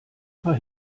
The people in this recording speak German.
paar